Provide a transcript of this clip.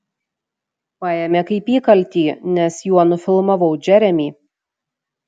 paėmė kaip įkaltį nes juo nufilmavau džeremį